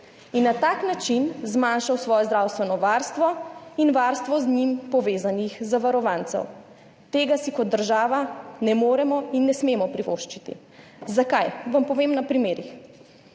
in na tak način zmanjšal svoje zdravstveno varstvo in varstvo z njim povezanih zavarovancev. Tega si kot država ne moremo in ne smemo privoščiti. Zakaj? Vam povem na primerih.